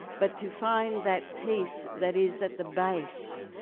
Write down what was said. but to find that peace that is at the base,